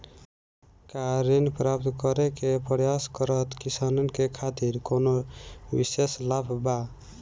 का ऋण प्राप्त करे के प्रयास करत किसानन के खातिर कोनो विशेष लाभ बा